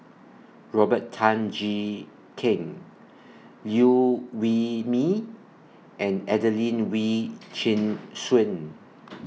Robert Tan Jee Keng Liew Wee Mee and Adelene Wee Chin Suan